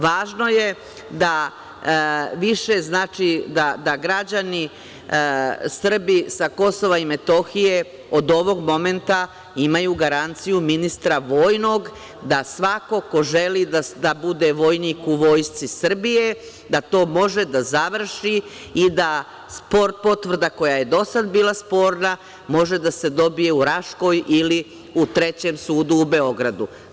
Važno je da građani, Srbi sa Kosova i Metohije od ovog momenta imaju garanciju ministra vojnog da svako ko želi da bude vojnik u Vojsci Srbije, da to može da završi i da spor potvrda koja je do sad bila sporna, može da se dobije u Raškoj ili u Trećem sudu u Beogradu.